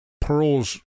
pearls